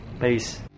Peace